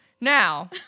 now